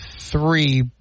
three